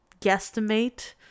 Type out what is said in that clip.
guesstimate